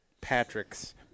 Patrick's